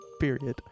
period